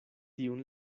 tiun